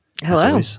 Hello